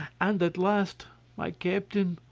and at last my captain,